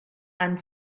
and